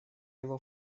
его